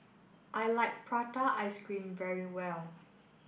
I like Prata Ice Cream very much